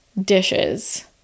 dishes